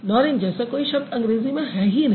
नॉरेंज जैसा कोई शब्द अंग्रेज़ी में है ही नहीं